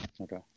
Okay